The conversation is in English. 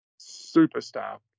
superstar